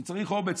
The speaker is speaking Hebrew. כי צריך אומץ.